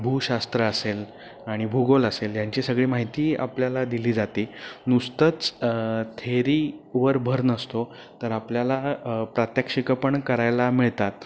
भूशास्त्र असेल आणि भूगोल असेल यांची सगळी माहिती आपल्याला दिली जाते नुसतंच थेरीवर भर नसतो तर आपल्याला प्रात्यक्षिकं पण करायला मिळतात